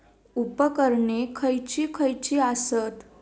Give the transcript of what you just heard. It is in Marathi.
उपकरणे खैयची खैयची आसत?